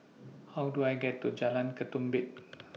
How Do I get to Jalan Ketumbit